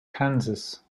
kansas